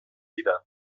dira